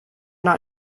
not